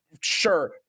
sure